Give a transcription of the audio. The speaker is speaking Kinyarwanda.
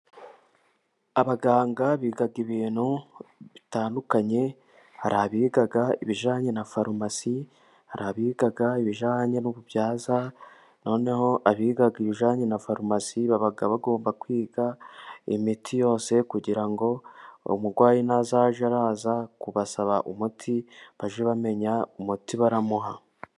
Abaganga biga ibintu bitandukanye, hari abiga ibijyanye na farumasi, hari abiga ibijyange n'ububyaza, hariho abiga ibijyanye na farumasi, baba bagomba kwiga imiti yose, kugira ngo umurwayei nazajya araza kubasaba umuti bajye bamenya umuti baramuha.